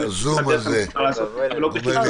הדרך הנכונה לעשות את זה היא לא --- רגע,